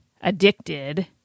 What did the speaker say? addicted